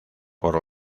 por